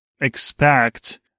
expect